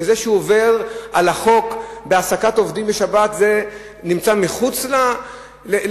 וזה שהוא עובר על החוק בהעסקת עובדים בשבת זה נמצא מחוץ לחוק?